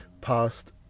past